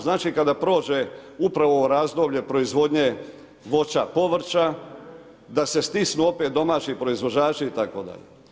Znači kada prođe upravo ovo razdoblje proizvodnje voća, povrća, da se stisnu opet domaći proizvođači itd.